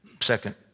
Second